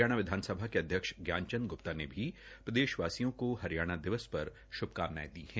हरियाणा विधानसभा अध्यक्ष ज्ञान चंद गुप्ता ने भी प्रदेशवासियों को हरियाणा दिवस पर शुभकामनायें दी है